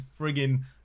friggin